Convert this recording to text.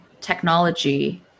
technology